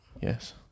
yes